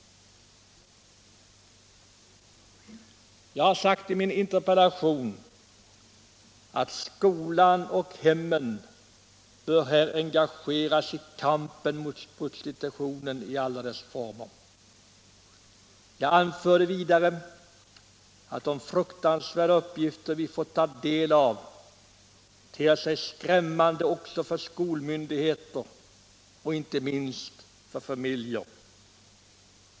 Jag har sagt i min interpellation att skolan och hemmen bör engageras i kampen mot prostitutionen i alla dess former. Jag anförde vidare att de fruktansvärda uppgifter som vi fått ta del av ter sig skrämmande också för skolmyndigheter och inte minst för familjer.